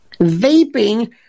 vaping